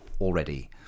already